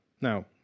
Now